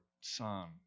son